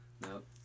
Nope